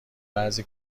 بعضی